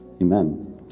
Amen